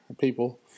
people